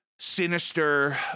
sinister